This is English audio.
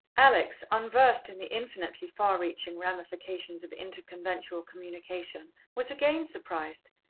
alex, unversed in the infinitely far-reaching ramifications of inter-conventual communication, was again surprised.